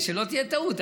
שלא תהיה טעות,